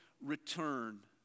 return